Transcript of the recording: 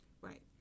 Right